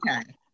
okay